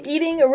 Eating